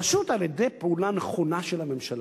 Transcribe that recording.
פשוט על-ידי פעולה נכונה של הממשלה.